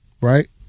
right